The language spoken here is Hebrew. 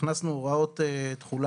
הכנסנו הוראות תכולה